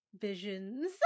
visions